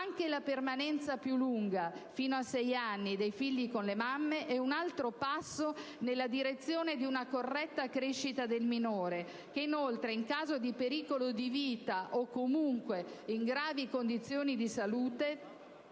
La permanenza più lunga (fino a sei anni) dei figli con le mamme è un altro passo nella direzione di una corretta crescita del minore che, inoltre, in caso di pericolo di vita o, comunque, in gravi condizioni di salute,